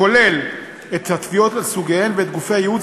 הכולל את התביעות לסוגיהן ואת גופי הייעוץ